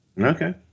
Okay